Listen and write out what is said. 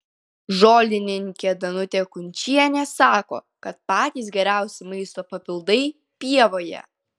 žolininkė danutė kunčienė sako kad patys geriausi maisto papildai pievoje